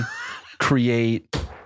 create